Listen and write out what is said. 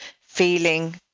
feeling